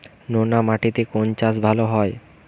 নোনা মাটিতে কোন চাষ ভালো হয়?